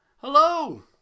Hello